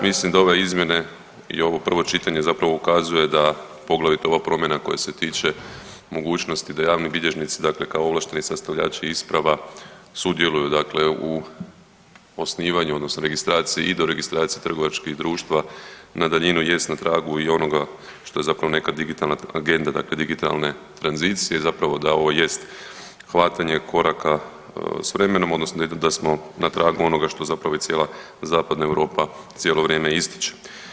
Mislim da ove izmjene i ovo prvo čitanje zapravo ukazuje da poglavito ova promjena koja se tiče mogućnosti da javni bilježnici kao ovlašteni sastavljači isprava sudjeluju u osnivanju odnosno registraciji i doregistraciji trgovačkih društva na daljinu jest na tragu i onoga što je zapravo neka digitalna agenda, dakle digitalne tranzicije zapravo da ovo jest hvatanje koraka s vremenom odnosno da smo na tragu onoga što zapravo i cijela Zapadna Europa cijelo vrijeme ističe.